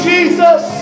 Jesus